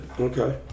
Okay